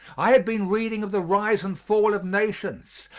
i had been reading of the rise and fall of nations,